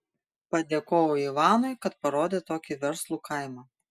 padėkojau ivanui kad parodė tokį verslų kaimą